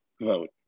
vote